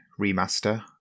remaster